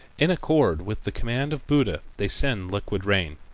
in accord with the command of buddha they send liquid rain.